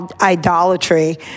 idolatry